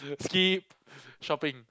skip shopping